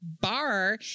bar